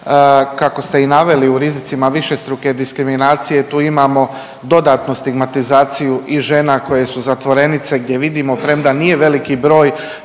Kako ste i naveli u rizicima višestruke diskriminacije tu imamo dodatnu stigmatizaciju i žena koje su zatvorenice gdje vidimo premda nije veliki broj